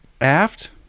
Aft